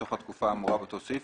בתוך התקופה האמורה באותו סעיף,